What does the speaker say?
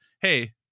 Hey